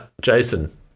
jason